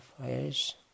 fires